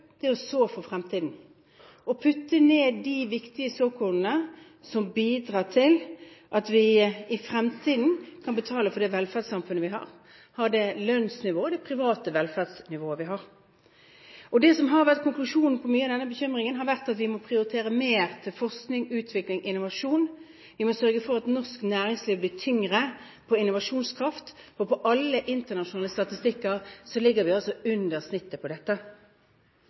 å så for fremtiden og putte ned de viktige såkornene som bidrar til at vi i fremtiden kan betale for det velferdssamfunnet vi har, og ha det lønnsnivået og det private velferdsnivået vi har. Det som har vært konklusjonen på mye av denne bekymringen, har vært at vi må prioritere mer til forskning, utvikling, innovasjon, vi må sørge for at norsk næringsliv blir tyngre på innovasjonskraft. På alle internasjonale statistikker ligger vi under snittet når det gjelder dette.